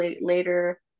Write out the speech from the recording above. later